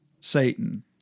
Satan